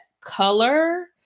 color